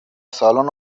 سالن